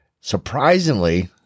Surprisingly